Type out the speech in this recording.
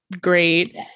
great